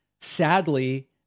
Sadly